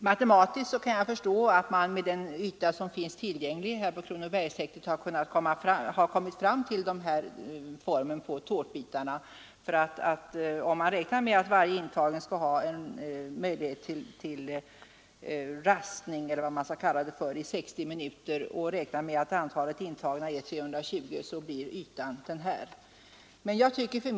Matematiskt kan jag förstå att man med den yta som finns tillgänglig på Kronobergshäktet kommit fram till tårtbitar av den här storleken. Om man räknar med att varje intagen skall ha möjlighet till rastning eller vad man skall kalla det i 60 minuter och att antalet är 320, blir ytan den här.